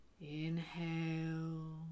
Inhale